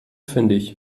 fündig